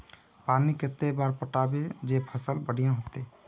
पानी कते बार पटाबे जे फसल बढ़िया होते?